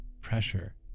pressure